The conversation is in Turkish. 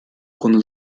konu